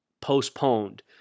postponed